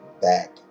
back